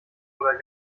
oder